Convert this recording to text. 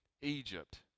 Egypt